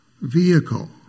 vehicle